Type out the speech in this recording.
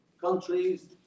countries